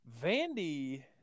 Vandy